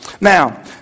Now